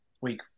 week